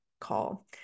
call